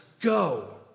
go